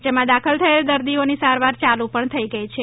જેમાં દાખલ થયેલાં દર્દીઓની સારવાર ચાલુ પણ થઈ ગઈ છે